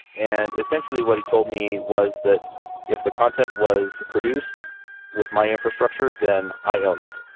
and essentially, what he told me was that if the content was produced with my infrastructure, then i own it.